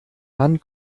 wann